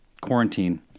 quarantine